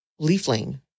leafling